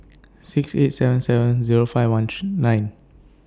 six eight seven seven Zero five one nine